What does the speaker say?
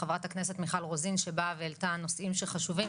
חברת הכנסת מיכל רוזין העלתה נושאים שחשובים,